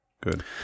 Good